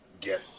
get